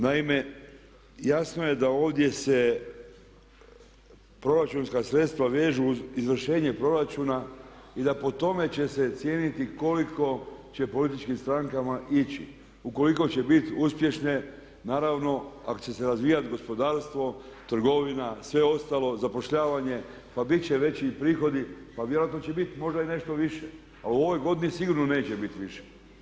Naime, jasno je da ovdje se proračunska sredstva vežu uz izvršenje proračuna i da po tome će se cijeniti koliko će političkim strankama ići ukoliko će biti uspješne naravno ako će se razvijati gospodarstvo, trgovina, sve ostalo, zapošljavanje pa bit će veći prihodi, pa vjerojatno će biti možda i nešto više ali u ovoj godini sigurno neće biti više.